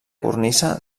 cornisa